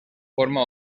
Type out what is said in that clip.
forma